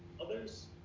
Others